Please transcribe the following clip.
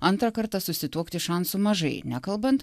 antrą kartą susituokti šansų mažai nekalbant